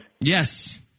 Yes